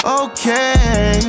okay